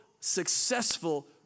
successful